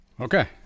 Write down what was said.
Okay